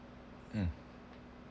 mm